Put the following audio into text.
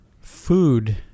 food